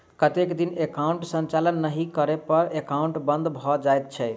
कतेक दिन एकाउंटक संचालन नहि करै पर एकाउन्ट बन्द भऽ जाइत छैक?